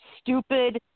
stupid